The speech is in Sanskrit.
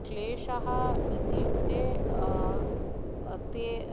क्लेशः इत्युक्ते ते